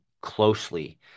closely